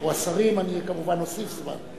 או השרים, אני כמובן אוסיף זמן.